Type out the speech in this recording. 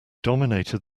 dominated